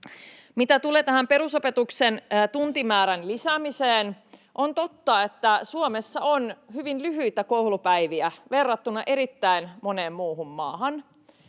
Mitä tulee perusopetuksen tuntimäärän lisäämiseen, on totta, että Suomessa on hyvin lyhyitä koulupäiviä verrattuna erittäin moneen muuhun maahan.